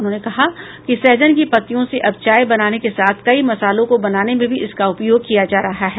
उन्होंने कहा कि सहजन की पत्तियों से अब चाय बनाने के साथ कई मसालों को बनाने में भी इसका उपयोग किया जा रहा है